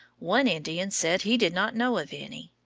one indian said he did not know of any.